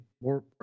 more